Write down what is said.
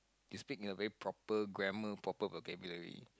you speak in a very proper grammar proper vocabulary